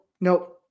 no